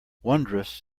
wondrous